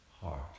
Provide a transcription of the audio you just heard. heart